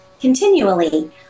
continually